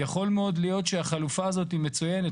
יכול מאוד להיות שהחלופה הזאת היא מצוינת.